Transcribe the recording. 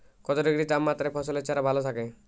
কত ডিগ্রি তাপমাত্রায় ফসলের চারা ভালো থাকে?